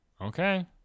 Okay